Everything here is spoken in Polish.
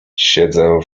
siedzę